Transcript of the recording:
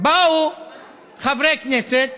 באו חברי כנסת,